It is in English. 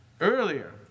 Earlier